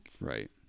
Right